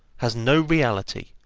has no reality,